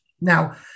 Now